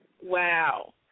Wow